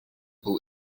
who